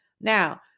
Now